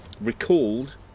recalled